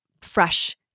fresh